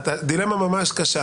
בדילמה ממש קשה